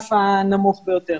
ברף הנמוך ביותר.